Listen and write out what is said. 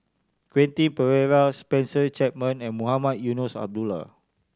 Quentin Pereira Spencer Chapman and Mohamed Eunos Abdullah